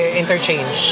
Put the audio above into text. interchange